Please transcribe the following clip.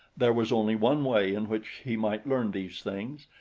there was only one way in which he might learn these things,